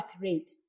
rate